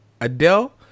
Adele